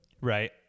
right